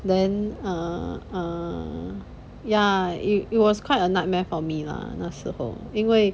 then err err ya it it was quite a nightmare for me lah 那时候因为